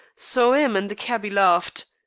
so im and the cabby larfed.